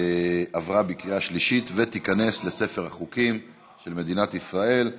עברה בקריאה שלישית ותיכנס לספר החוקים של מדינת ישראל.